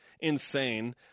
insane